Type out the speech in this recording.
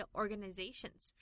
organizations，